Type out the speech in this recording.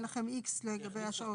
אין לכם X לגבי השעות.